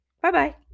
Bye-bye